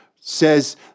says